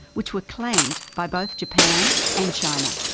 which were claimed by both japan and china.